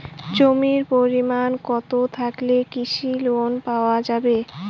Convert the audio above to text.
জমির পরিমাণ কতো থাকলে কৃষি লোন পাওয়া যাবে?